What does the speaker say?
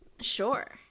sure